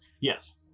Yes